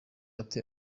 ate